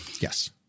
yes